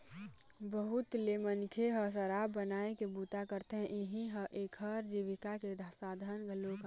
बहुत ले मनखे ह शराब बनाए के बूता करथे, इहीं ह एखर जीविका के साधन घलोक आय